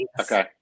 Okay